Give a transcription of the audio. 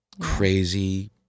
crazy